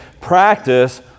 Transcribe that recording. Practice